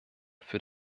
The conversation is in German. für